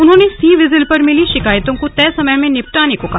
उन्होंने C vigil पर मिली शिकायतों को तय समय में निपटाने को कहा